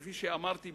כפי שאמרתי,